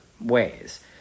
ways